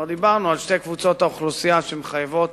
כבר דיברנו על שתי קבוצות האוכלוסייה שמחייבות